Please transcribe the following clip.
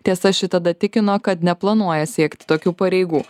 tiesa ši tada tikino kad neplanuoja siekti tokių pareigų